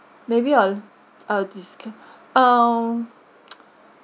maybe I'll I'll discuss um